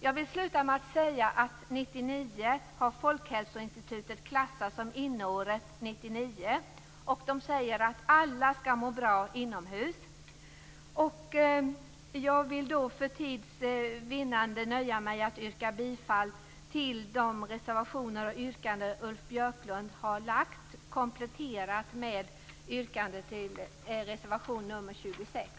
År 1999 har av Folkhälsoinstitutet klassats som Inneåret 99. Man säger att alla skall må bra inomhus. För tids vinnande nöjer jag mig att yrka bifall till de reservationer och yrkanden Ulf Björklund har lagt fram kompletterat med mitt yrkande om bifall till reservation nr 26.